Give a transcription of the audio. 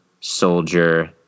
soldier